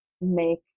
make